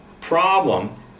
problem